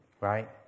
right